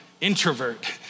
introvert